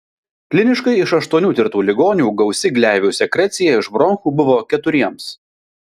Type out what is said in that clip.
kliniškai iš aštuonių tirtų ligonių gausi gleivių sekrecija iš bronchų buvo keturiems